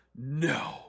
No